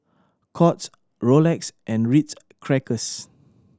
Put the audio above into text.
Courts Rolex and Ritz Crackers